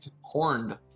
Horned